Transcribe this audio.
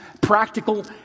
Practical